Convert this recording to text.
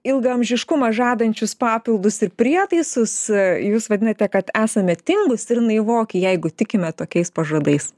ilgaamžiškumą žadančius papildus ir prietaisus jūs vadinate kad esame tingūs ir naivoki jeigu tikime tokiais pažadais